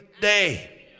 day